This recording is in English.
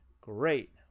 great